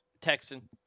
Texan